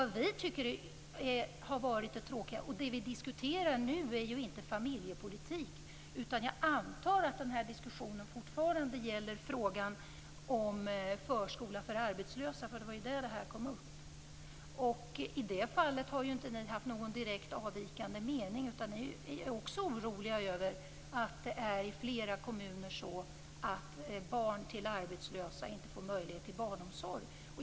Det som vi nu diskuterar är inte familjepolitik. Jag antar att den här diskussionen fortfarande gäller frågan om förskola för barn till arbetslösa, eftersom det var i den som den här frågan kom upp. I det fallet har inte ni haft någon direkt avvikande mening. Ni är också oroliga över att det i flera kommuner är så att barn till arbetslösa inte får möjlighet till barnomsorg.